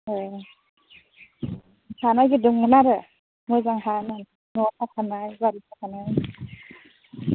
ए हा नागिरदोंमोन आरो मोजां हा न' थाखानाय बारि थाखानाय